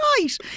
right